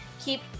keep